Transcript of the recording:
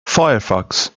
firefox